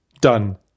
done